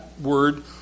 word